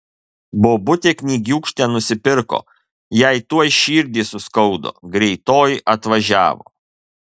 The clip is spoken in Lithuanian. bobutė knygiūkštę nusipirko jai tuoj širdį suskaudo greitoji atvažiavo